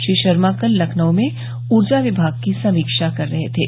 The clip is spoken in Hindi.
श्री शर्मा कल लखनऊ में ऊर्जा विभाग की समीक्षा कर रहे थे